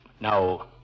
Now